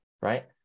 right